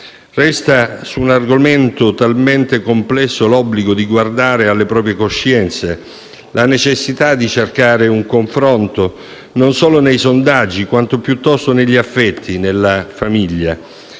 Restano, su un argomento tanto complesso, l'obbligo di guardare alle proprie coscienze e la necessità di cercare un confronto, non tanto nei sondaggi, quanto piuttosto negli affetti e nella famiglia.